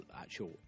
actual